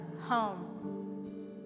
home